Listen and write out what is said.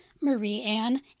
Marie-Anne